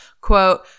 quote